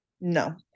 no